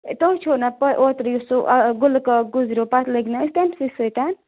تۄہہِ چھُو نہ پاے اوترٕ یُس سُہ گُلہٕ کاک گُزریو پتہٕ لٔگۍ نہٕ أسۍ تٔمۍ سٕے سۭتۍ